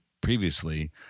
previously